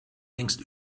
längst